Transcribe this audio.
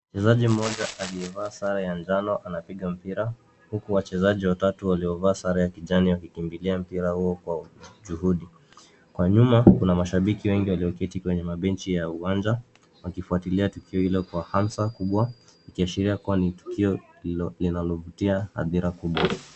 Mchezaji mmoja aliyevaa sare ya njano anapiga mpira, huku wachezaji watatu waliovaa sare ya kijane wakikimbilia mpira huo kwa juhudi. Kwa nyuma, kuna mashabiki wengi walioketi kwa mabenchi ya uwanja, wakifuatilia tukio hilo kwa hamsa kubwa, ikiashiria kuwa ni tukio lililo, linalo vutia adhira kubwa.